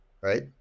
right